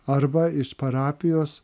arba iš parapijos